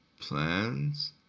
plans